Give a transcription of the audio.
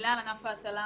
מילה על ענף ההטלה.